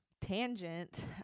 tangent